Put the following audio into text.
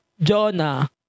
Jonah